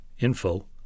info